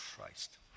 Christ